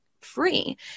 free